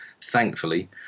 Thankfully